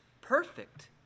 perfect